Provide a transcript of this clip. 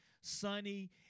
sunny